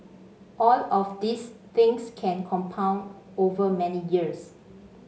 all of these things can compound over many years